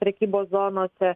prekybos zonose